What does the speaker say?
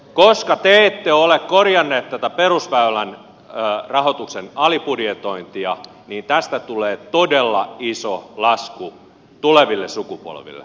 koska te ette ole korjanneet tätä perusväylänpidon rahoituksen alibudjetointia tästä tulee todella iso lasku tuleville sukupolville